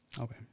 Okay